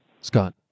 Scott